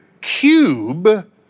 cube